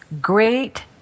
great